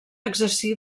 exercí